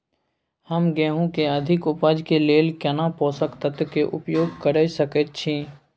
हम गेहूं के अधिक उपज के लेल केना पोषक तत्व के उपयोग करय सकेत छी?